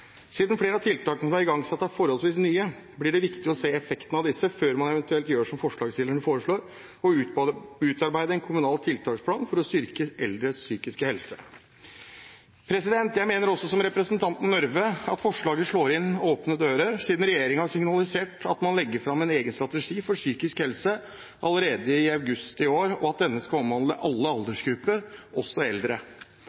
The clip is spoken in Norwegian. Siden flere av tiltakene som er igangsatt, er forholdsvis nye, blir det viktig å se effekten av disse før man eventuelt gjør som forslagsstillerne foreslår, å utarbeide en kommunal tiltaksplan for å styrke eldres psykiske helse. Jeg mener også, som representanten Nørve, at forslaget slår inn åpne dører, siden regjeringen har signalisert at man legger fram en egen strategi for psykisk helse allerede i august i år, og at denne skal omhandle alle